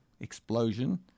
explosion